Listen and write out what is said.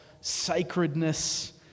sacredness